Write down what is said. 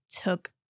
took